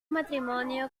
matrimonio